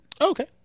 Okay